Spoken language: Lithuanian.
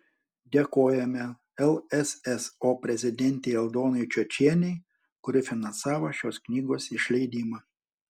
dėkojame lsso prezidentei aldonai čiočienei kuri finansavo šios knygos išleidimą